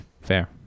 fair